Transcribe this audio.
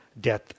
death